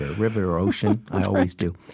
ah river or ocean. i always do.